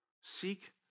Seek